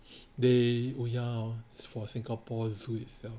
they oh ya hor for singapore zoo itself